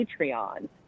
Patreon